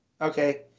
Okay